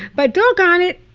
but doggone it,